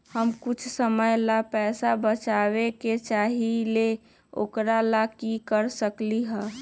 हम कुछ समय ला पैसा बचाबे के चाहईले ओकरा ला की कर सकली ह?